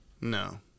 No